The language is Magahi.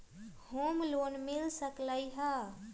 होम लोन मिल सकलइ ह?